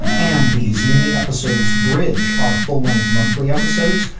and these mini episodes, bridge are full length monthly episodes.